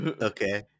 Okay